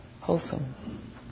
wholesome